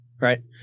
Right